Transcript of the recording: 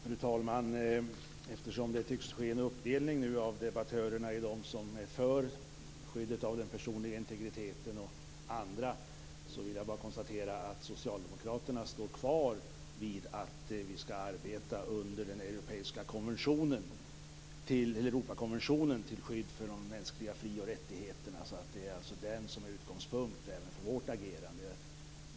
Fru talman! Eftersom det tycks bli en uppdelning av debattörerna i dem som är för skyddet av den personliga integriteten och andra, vill jag bara konstatera att socialdemokraterna står kvar vid att vi skall arbeta under Europakonventionen till skydd för de mänskliga fri och rättigheterna. Den är utgångspunkten även för vårt agerande.